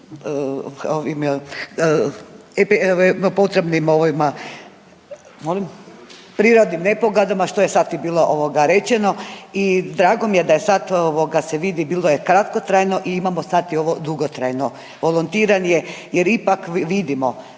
se ne razumije./... što je sasvim bilo rečeno i drago mi je da je sad ovoga se vidi, bilo je kratkotrajno i imamo sad i ovo dugotrajno volontiranje jer ipak vidimo